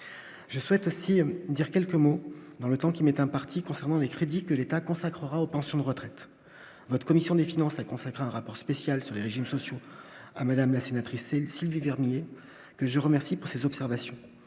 Je souhaite aussi dire quelques mots dans le temps qui m'est imparti concernant les crédits que l'État consacrera aux pensions de retraite votre commission des finances, a consacré un rapport spécial sur les régimes sociaux à madame la sénatrice et Sylvie Garnier, que je remercie pour ces observations,